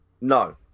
No